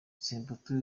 samputu